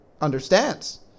understands